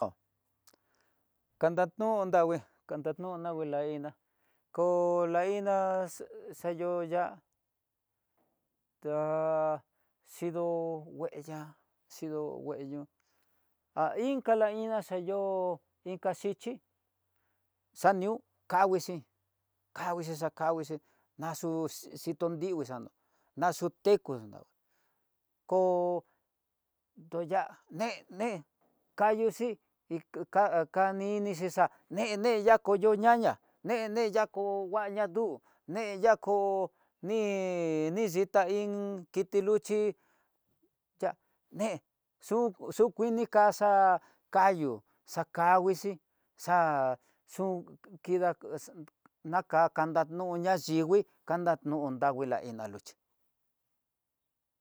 Kó kadanto'o dangui, kadanto'o nrangui da iná kó la iná, xa yo'o ya'á ta xhido ngueyá, xhidondueño ha inka la iná xayó'o inka xhichí xanió kanguixhí, kanguixhi xakanguixhi, na xu xhintodingui xana naxu tekuna, koo taya'á ne'é né kayu xhí dika ka ninixa néne ya koyo ñaña néne yako, nguaña du'ú neya koo ni nixita iin kiti luchi yá né, xu xukuni kaxa'á, kayo xakanguixhí xa'a xu kida ex naka kanandoña yingui kanando danguina ena luchí.